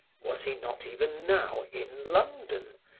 was he not even now in london,